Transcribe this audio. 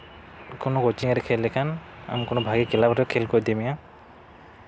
ᱠᱚᱱᱳ ᱠᱳᱪᱤᱝ ᱨᱮ ᱠᱷᱮᱞ ᱞᱮᱠᱷᱟᱱ ᱩᱱᱠᱩ ᱫᱚ ᱵᱷᱟᱜᱮ ᱠᱞᱟᱵᱽ ᱨᱮ ᱠᱷᱮᱞ ᱠᱚ ᱤᱫᱤ ᱢᱮᱭᱟ